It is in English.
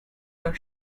your